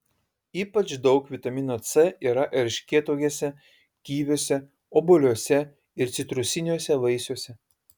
ypač daug vitamino c yra erškėtuogėse kiviuose obuoliuose ir citrusiniuose vaisiuose